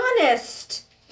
honest